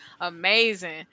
amazing